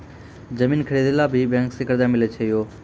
जमीन खरीदे ला भी बैंक से कर्जा मिले छै यो?